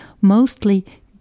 mostly